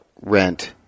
rent